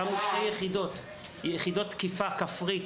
הקמנו שתי יחידות של תקיפה כפרית,